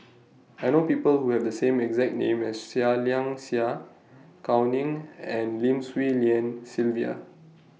I know People Who Have The same exact name as Seah Liang Seah Gao Ning and Lim Swee Lian Sylvia